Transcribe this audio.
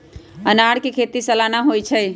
अनारकें खेति सलाना होइ छइ